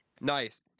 Nice